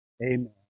Amen